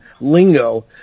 lingo